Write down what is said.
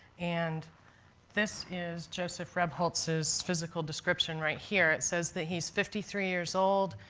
and this is joseph rebholz's physical description right here. it says that he's fifty three years old,